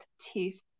teeth